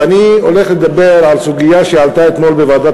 ואני הולך לדבר על סוגיה שעלתה אתמול בוועדת